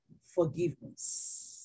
forgiveness